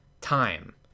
time